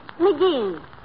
McGee